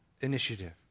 initiative